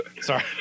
Sorry